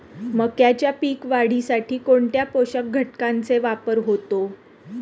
मक्याच्या पीक वाढीसाठी कोणत्या पोषक घटकांचे वापर होतो?